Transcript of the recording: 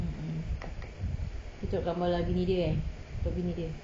mm mm kita tengok gambar bini dia eh bini dia